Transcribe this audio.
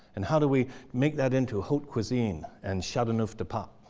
and how do we make that into haute cuisine and chateauneuf-du-pape?